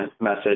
message